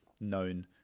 known